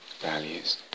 values